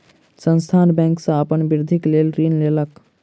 संस्थान बैंक सॅ अपन वृद्धिक लेल ऋण लेलक